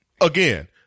again